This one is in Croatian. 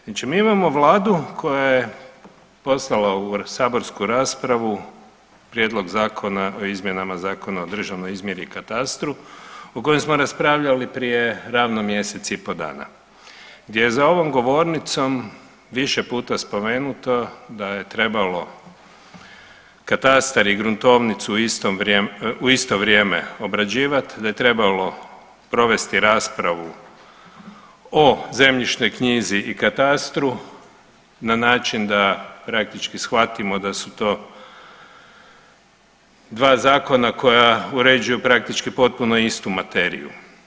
Znači mi imamo Vladu koja je poslala u saborsku raspravu Prijedlog zakona o izmjenama Zakona o državnoj izmjeri i katastru o kojoj smo raspravljali prije ravno mjesec i pol dana, gdje je za ovom govornicom više puta spomenuto da je trebalo katastar i gruntovnicu u isto vrijeme obrađivat, da je trebalo provesti raspravu o zemljišnoj knjizi i katastru na način da praktički shvatimo da su to dva zakona koja uređuju praktički potpuno istu materiju.